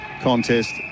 contest